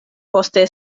poste